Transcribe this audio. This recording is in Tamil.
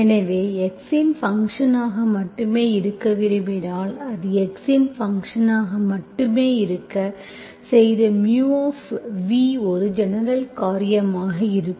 எனவே x இன் ஃபங்க்ஷன் ஆக மட்டுமே இருக்க விரும்பினால் அது x இன் ஃபங்க்ஷன் ஆக மட்டுமே இருக்க செய்த μ ஒரு ஜெனரல் காரியமாக இருக்கும்